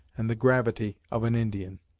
and the gravity of an indian.